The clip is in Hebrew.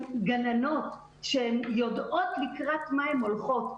גננות שהן יודעות לקראת מה הן הולכות,